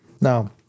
Now